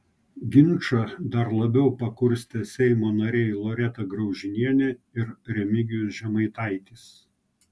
ginčą dar labiau pakurstė seimo nariai loreta graužinienė ir remigijus žemaitaitis